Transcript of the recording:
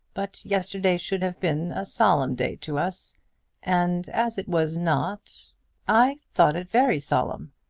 but yesterday should have been a solemn day to us and as it was not i thought it very solemn.